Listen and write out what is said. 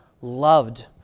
loved